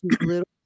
little